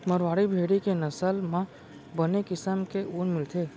मारवाड़ी भेड़ी के नसल म बने किसम के ऊन मिलथे